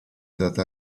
data